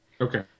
Okay